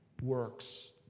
works